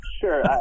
Sure